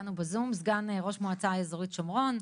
איתנו בזום, סגן ראש המעוצה האזורית שומרון,